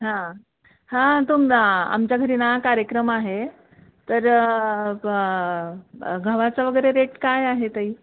हां हां तुमा आमच्या घरी ना कार्यक्रम आहे तर गव्हाचं वगैरे रेट काय आहे ताई